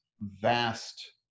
vast